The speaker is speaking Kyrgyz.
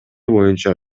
боюнча